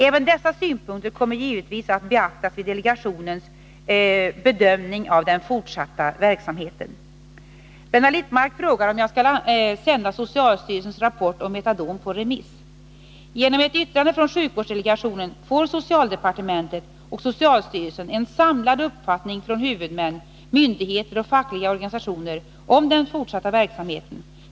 Även dessa synpunkter kommer givetvis att beaktas vid delegationens bedömning av den fortsatta verksamheten. Blenda Littmarck frågar om jag skall sända socialstyrelsens rapport om metadon på remiss. Genom ett yttrande från sjukvårdsdelegationen får socialdepartementet och socialstyrelsen en samlad uppfattning från huvudmän, myndigheter och fackliga organisationer om den fortsatta verksamheten.